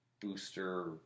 Booster